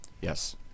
Yes